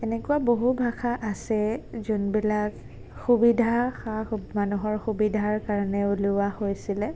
এনেকুৱা বহু ভাষা আছে যোনবিলাক সুবিধা সা মানুহৰ সুবিধাৰ কাৰণে উলিওৱা হৈছিলে